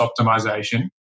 optimization